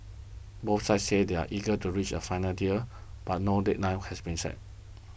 both sides say they are eager to reach a final deal but no deadline has been set